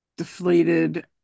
deflated